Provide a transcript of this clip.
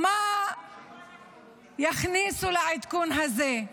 מה יכניסו לעדכון הזה.